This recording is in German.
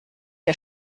der